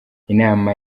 inama